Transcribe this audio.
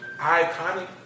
Iconic